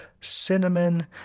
cinnamon